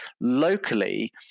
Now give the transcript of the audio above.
locally